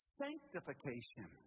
sanctification